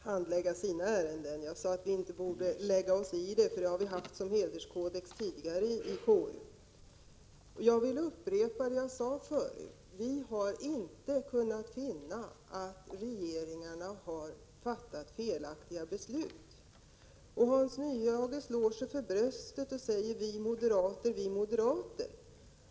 Herr talman! Jag är också övertygad om att högsta domstolen kommer att handlägga sina ärenden självständigt. Jag sade att vi inte borde lägga oss i ärenden som är föremål för domstolsprövning, för det har vi haft som hederskodex tidigare i konstitutionsutskottet. Jag vill upprepa vad jag sade förut: Vi har inte kunnat finna att regeringen har fattat felaktiga beslut. Hans Nyhage slår sig för bröstet och säger: Vi moderater, vi moderater!